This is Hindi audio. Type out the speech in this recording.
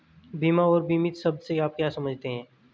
बीमा और बीमित शब्द से आप क्या समझते हैं?